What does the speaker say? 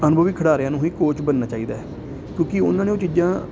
ਅਨੁਭਵੀ ਖਿਡਾਰੀਆਂ ਨੂੰ ਹੀ ਕੋਚ ਬਣਨਾ ਚਾਹੀਦਾ ਹੈ ਕਿਉਂਕਿ ਉਹਨਾਂ ਨੇ ਉਹ ਚੀਜ਼ਾਂ